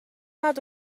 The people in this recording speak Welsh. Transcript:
nad